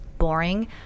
boring